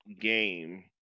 game